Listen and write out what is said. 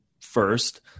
first